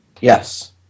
yes